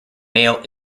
male